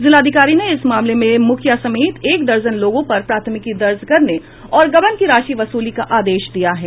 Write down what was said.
जिलाधिकारी ने इस मामले में मुखिया समेत एक दर्जन लोगों पर प्राथमिकी दर्ज करने और गबन की राशि वसूली का आदेश दिया है